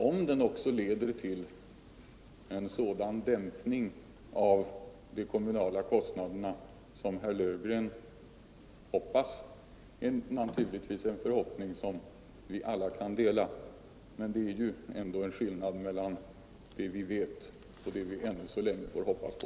Att den också skall leda till en sådan dämpning av de kommunala kostnaderna som herr Löfgren hoppas är naturligtvis en förhoppning som vi alla kan dela, men det är ju ändå en skillnad mellan det vi vet och det vi ännu så länge får hoppas på.